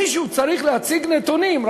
מישהו צריך להציג נתונים.